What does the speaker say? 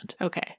okay